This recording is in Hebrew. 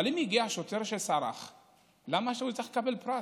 אבל אם הגיע שוטר שסרח, למה שהוא יקבל פרס?